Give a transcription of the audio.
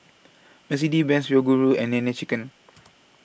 Mercedes Benz Yoguru and Nene Chicken